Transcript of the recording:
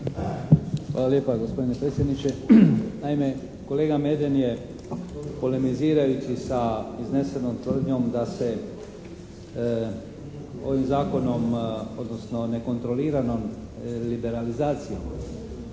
Hvala lijepa, gospodine predsjedniče. Naime, kolega Meden je polemizirajući sa iznesenom tvrdnjom da se ovim Zakonom, odnosno nekontroliranom liberalizacijom